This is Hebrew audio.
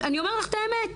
אני אומרת לך את האמת,